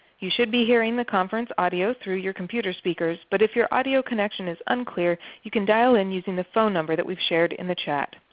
you should be hearing the conference audio through your computer speakers. but if your audio connection is unclear, you can dial in using the phone number that we shared in the chat.